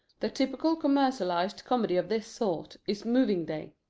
the typical commercialized comedy of this sort is moving day.